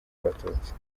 abatutsi